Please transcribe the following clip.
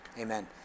amen